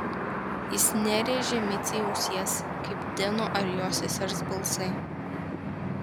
jis nerėžė micei ausies kaip deno ar jo sesers balsai